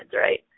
right